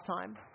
time